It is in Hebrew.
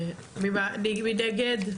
מי נגד?